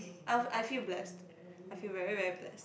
I I feel blessed I feel very very blessed